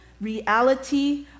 reality